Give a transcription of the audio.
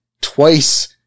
twice